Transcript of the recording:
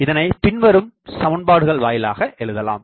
இதனைபின்வரும் சமன்பாடுகள் வாயிலாக எழுதலாம்